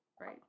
right